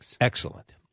Excellent